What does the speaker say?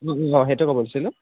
সেইটোৱে ক'ব লৈছিলোঁ